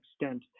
extent